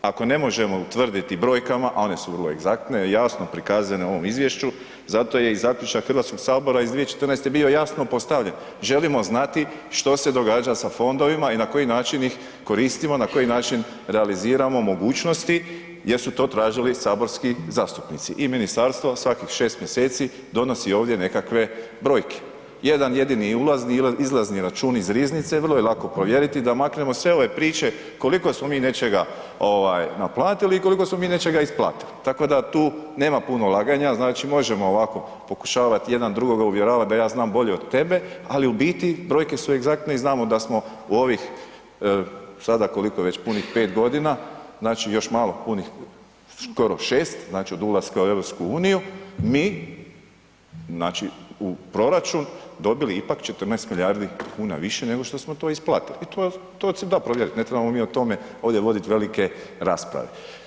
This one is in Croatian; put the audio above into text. Ako ne možemo utvrditi brojkama a one su vrlo egzaktne, jasno prikazane u ovom izvješću, zato je i zaključak Hrvatskog sabora iz 2014. bio jasno postavljen, želimo znati što se događa sa fondovima i na koji način ih koristimo, na koji način realiziramo mogućnosti jer su to tražili saborski zastupnici i ministarstva svakih 6 mj. donosi ovdje nekakve brojke, jedan jedini ulazni i izlazni račun iz riznice vrlo je lako provjeriti da maknemo sve ove priče koliko smo mi nečega naplatili i koliko smo mi nečega isplatili, tako da tu nema puno laganja, znači možemo ovako pokušavati uvjeravati da ja znam bolje od tebe ali u biti brojke su egzaktne i znamo da smo u ovih ada koliko je već, punih 5 g. znači još malo, punih skoro 6, znači od ulaska u EU, mi znači u proračun dobili ipak 14 milijardi kuna više nego što smo to isplatili i to se da provjerit, ne trebamo mi o tome ovdje voditi velike rasprave.